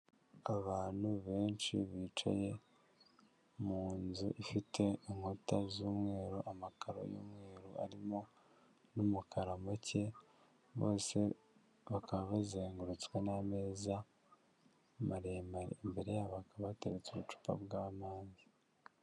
Abantu benshi bicaye mu inzu ifite inkuta z'umweru, amakaro y'umweru arimo n'umukara muke, bose bakaba bazengurutswe n'ameza maremare, imbere yabo hakaba hateretse ubucupa bw'amazi.